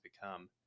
become